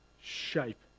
shape